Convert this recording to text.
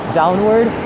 downward